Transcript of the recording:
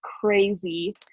crazy